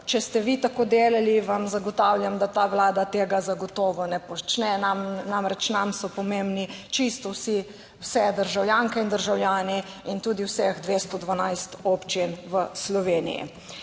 če ste vi tako delali, vam zagotavljam, da ta Vlada tega zagotovo ne počne. Namreč, nam so pomembni čisto vsi, vse državljanke in državljani, in tudi vseh 212 občin v Sloveniji.